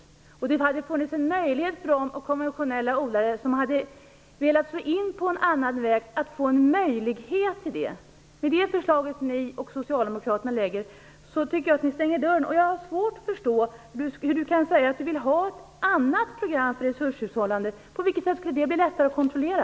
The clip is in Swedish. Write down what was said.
Då hade det funnits en möjlighet för de konventionella odlare som hade velat slå in på annat att göra det. I det förslag som ni och Socialdemokraterna lägger fram stänger ni dörren. Jag har svårt att förstå hur Maggi Mikaelsson kan säga att hon vill ha ett annat program för resurshushållande. På vilket sätt blir det lättare att kontrollera?